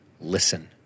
listen